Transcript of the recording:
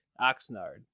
Oxnard